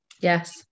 yes